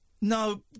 No